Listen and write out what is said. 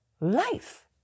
life